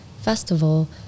festival